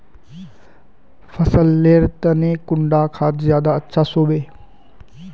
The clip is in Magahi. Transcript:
फसल लेर तने कुंडा खाद ज्यादा अच्छा सोबे?